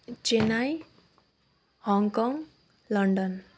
Chennai Hong Kong London